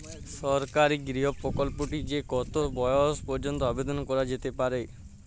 সরকারি গৃহ প্রকল্পটি তে কত বয়স পর্যন্ত আবেদন করা যেতে পারে?